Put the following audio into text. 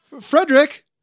Frederick